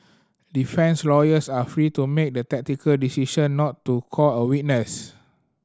defence lawyers are free to make the tactical decision not to call a witness